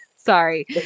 Sorry